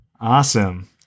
Awesome